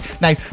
Now